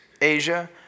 Asia